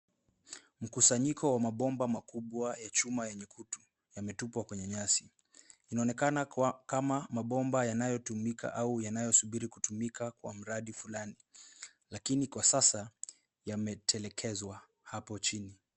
Mkusanyiko wa mabomba makubwa ya chuma yenye kutu, yametupwa kwenye nyasi, inaonekana kuwa, kama, mabomba yanayotumika, au yanayosubiri kutumika kwa mradi fulani, lakini kwa sasa, yametelekezwa, hapo chini.